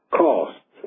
cost